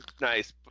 nice